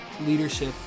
leadership